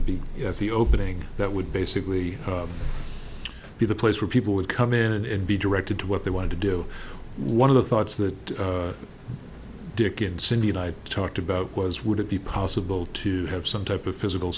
could be the opening that would basically be the place where people would come in and be directed to what they wanted to do one of the thoughts that dick and cindy and i talked about was would it be possible to have some type of physical